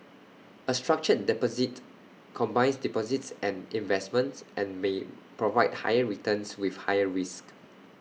A structured deposit combines deposits and investments and may provide higher returns with higher risks